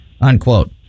unquote